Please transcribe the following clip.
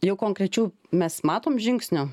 jau konkrečių mes matom žingsnių